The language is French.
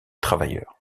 travailleur